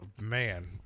man